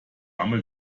reklame